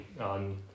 on